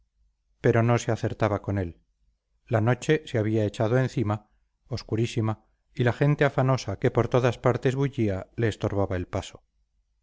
pero no acertaba con él la noche se había echado encima obscurísima y la gente afanosa que por todas partes bullía le estorbaba el paso